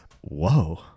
whoa